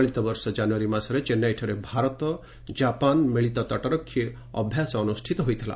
ଚଳିତ ବର୍ଷ ଜାନୁୟାରୀ ମାସରେ ଚେନ୍ନାଇଠାରେ ଭାରତ ଜାପାନ ମିଳିତ ତଟରକ୍ଷୀ ଅଭ୍ୟାସ ଅନୁଷ୍ଠିତ ହୋଇଥିଲା